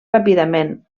ràpidament